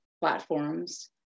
platforms